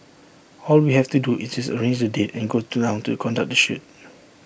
all we have to do is just arrange the date and go down to conduct the shoot